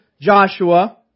Joshua